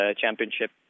championship